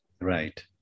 right